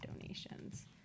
donations